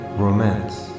romance